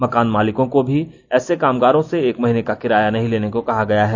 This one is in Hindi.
मकान मालिकों को भी ऐसे कामगारों से एक महीने का किराया नहीं लेने को कहा गया है